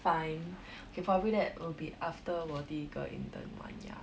fine okay probably that would be after 我第一个 intern month ya